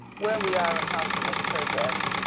where we are and how to make progress